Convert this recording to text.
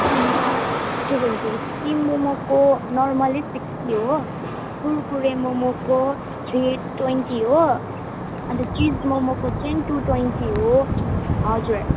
अन्त के भन्छ अरे स्टिम मोमोको नर्मलै सिक्सटी हो कुरकुरे मोमोको थ्री ट्वेन्टी हो अन्त चिज मोमोको चाहिँ टु ट्वेन्टी हो हजुर